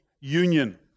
union